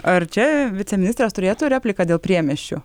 ar čia viceministras turėtų repliką dėl priemiesčių